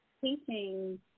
teaching